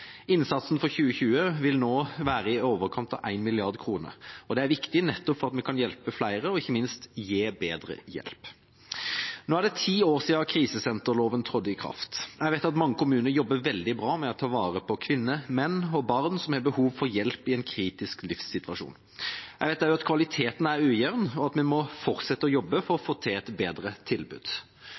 Innsatsen i 2020 vil være i overkant av 1 mrd. kr. Det er viktig for å kunne hjelpe flere og ikke minst for å kunne gi bedre hjelp. Det er ti år siden krisesenterloven trådte i kraft. Jeg vet at mange kommuner jobber veldig bra med å ta vare på kvinner, menn og barn som har behov for hjelp i en kritisk livssituasjon. Jeg vet også at kvaliteten er ujevn, og at vi må fortsette å jobbe for å få til et bedre tilbud.